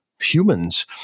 humans